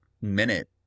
minute